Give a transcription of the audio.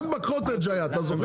רק בקוטג' היה, אתה זוכר?